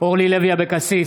אבקסיס,